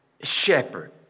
shepherd